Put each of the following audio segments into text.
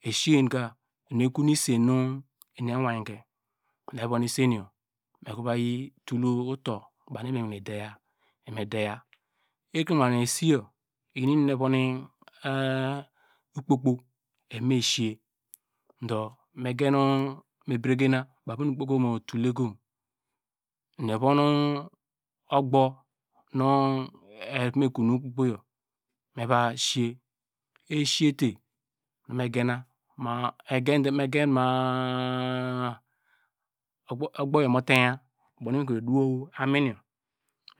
Esiye ka ini me konu esen na eni eweike me vonu esen yor me vayl tul tur, inu eni me wene der eni me der, ekenu ogbanke esiyo oyi inum nor evo ikp po evo me siye, do me breyena bavo nu okpo kpo mu tulekom, eni evom ugbo nu evo me kon okpo pko yor me vaasi ye esiyete megena me gine ma ugbo yor muteya mu dow amin yor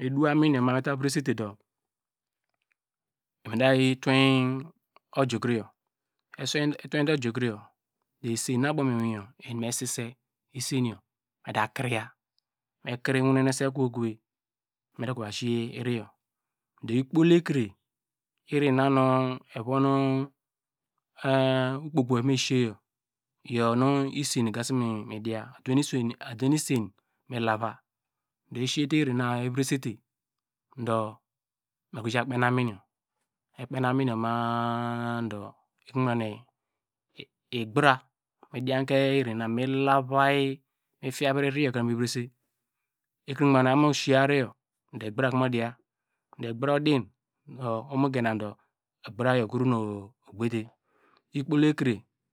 me dowo amin yor ma eta vresite do me da tuwe ojukro yor, etuwede ojukro iyor de esen nu abo me sise isenyor me da kriye me kre wonese okove me dakro va siye iri yor do ikpol ekre iri na nu evon opko kpo eva me siseyo iyor nu isen igasimidiya adowe nu isen mi lavu do esiyete iri na evre sete do mekro ja kpene amin yor, me kpene amin yor ma- a do igbra mi dianke iri nu, me fiavry iri yor kre mivrese ekre nu oqbanke wo aboko mu genadu eqbra yor okro nu gbere